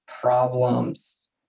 problems